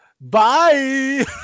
Bye